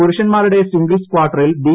പുരുഷന്മാരുടെ സിഗിംൾസ് കാർട്ടറിൽ ബി